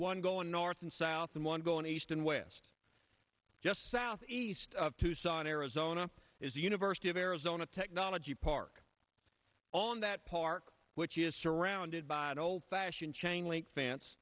going north and south and one going east and west just southeast of tucson arizona is the university of arizona technology park on that park which is surrounded by an old fashioned chain link fence